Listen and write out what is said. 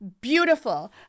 Beautiful